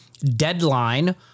deadline